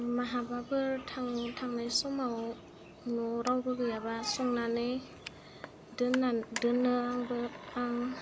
माहाबाफोर थांनाय समाव न'वाव रावबो गैयाबा संनानै दोनना दोनो आंबो आं